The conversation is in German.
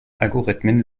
algorithmen